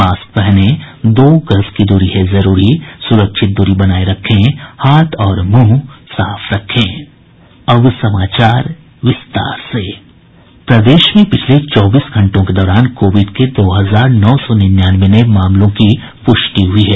mask पहनें दो गज दूरी है जरूरी सुरक्षित दूरी बनाये रखें हाथ और मुंह साफ रखें प्रदेश में पिछले चौबीस घंटों के दौरान कोविड के दो हजार नौ सौ निन्यानवे नए मामलों की पुष्टि हुई है